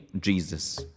Jesus